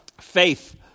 Faith